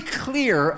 clear